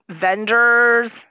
vendors